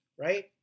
right